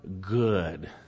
good